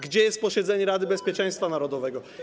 Gdzie jest posiedzenie Rady Bezpieczeństwa Narodowego?